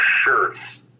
shirts